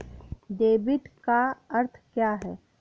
Debit का अर्थ क्या है?